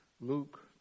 Luke